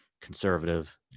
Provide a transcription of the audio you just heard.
conservative